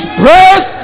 praise